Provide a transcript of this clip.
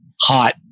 hot